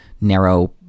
narrow